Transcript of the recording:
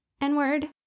n-word